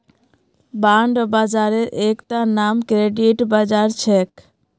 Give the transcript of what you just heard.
bond बाजारेर एकता नाम क्रेडिट बाजार छेक